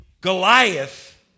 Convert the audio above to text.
Goliath